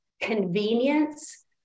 convenience